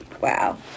Wow